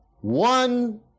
one